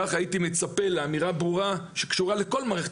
כך הייתי מצפה לאמירה ברורה שקשורה לכל מערכת